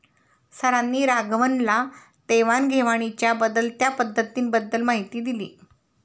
सरांनी राघवनला देवाण घेवाणीच्या बदलत्या पद्धतींबद्दल माहिती दिली